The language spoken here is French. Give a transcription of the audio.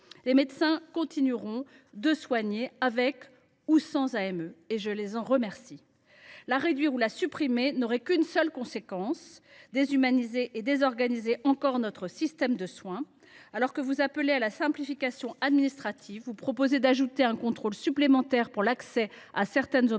Les médecins continueront de soigner, avec ou sans AME, et je les en remercie. Réduire ou supprimer l’aide médicale de l’État n’aurait pour conséquence que de déshumaniser et de désorganiser encore davantage notre système de soins. Alors que vous appelez à la simplification administrative, vous proposez d’ajouter un contrôle supplémentaire pour l’accès à certaines opérations,